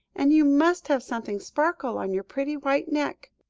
and you must have something sparkle on your pretty white neck.